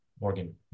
Morgan